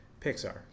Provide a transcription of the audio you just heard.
Pixar